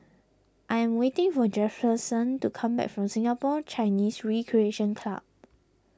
I am waiting for Jefferson to come back from Singapore Chinese Recreation Club